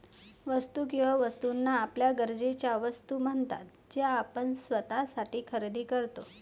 वस्तू किंवा वस्तूंना आपल्या गरजेच्या वस्तू म्हणतात ज्या आपण स्वतःसाठी खरेदी करतो